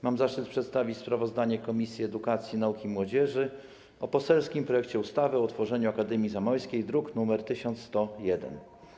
Mam zaszczyt przedstawić sprawozdanie Komisji Edukacji, Nauki i Młodzieży o poselskim projekcie ustawy o utworzeniu Akademii Zamojskiej, druk nr 1101.